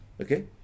Okay